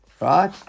Right